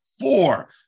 Four